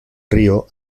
río